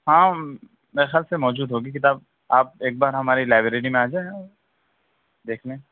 ہاں میرے خیال سے موجود ہوگی کتاب آپ ایک بار ہماری لائبریری میں آ جائیں آ دیکھنے